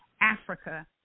Africa